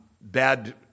bad